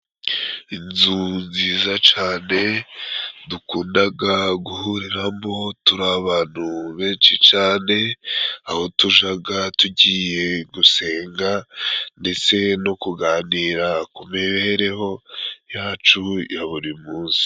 Inzu nziza cane, dukundaga guhuriramo turi abantu benshi cane, aho tujaga tugiye gusenga ndetse no kuganira ku mibereho yacu ya buri munsi.